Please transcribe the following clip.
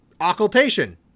Occultation